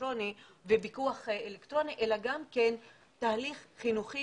אלקטרוני ופיקוח אלקטרוני אלא גם תהליך חינוכי